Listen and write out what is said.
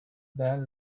then